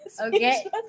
Okay